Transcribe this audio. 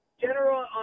general